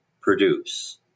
produce